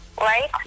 right